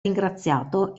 ringraziato